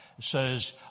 says